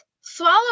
swallow